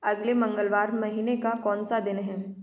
अगले मंगलवार महीने का कौन सा दिन हैं